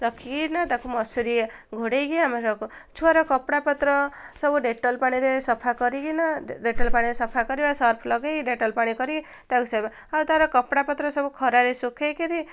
ରଖିକି ନା ତାକୁ ମଶୁରୀ ଘୋଡ଼େଇକି ଆମେ ରଖୁ ଛୁଆର କପଡ଼ାପତ୍ର ସବୁ ଡେଟଲ ପାଣିରେ ସଫା କରିକିନା ଡେଟଲ ପାଣିରେ ସଫା କରିବା ସର୍ଫ ଲଗେଇ ଡେଟଲ ପାଣି କରିକି ତାକୁ ସେ ଆଉ ତାର କପଡ଼ାପତ୍ର ସବୁ ଖରାରେ ଶୁଖେଇକିରି